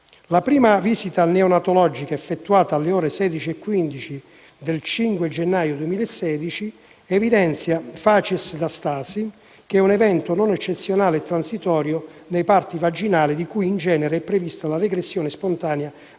La prima visita neonatologica, effettuata alle ore 16,15 del 05 gennaio 2016, evidenziava *facies* da stasi, che è un evento non eccezionale e transitorio nei parti vaginali (di cui, in genere, è prevista la regressione spontanea